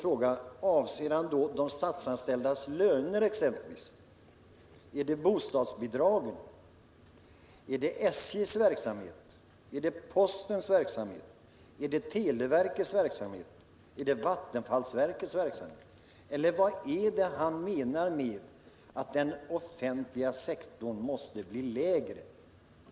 Är det de statsanställdas löner som skall sänkas, är det bostadsbidragen, är det SJ:s, postens, televerkets eller Vattenfalls verksamhet som skall minskas? Eller vad menar Ingemar Mundebo med att den offentliga sektorn måste bli lägre?